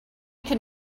could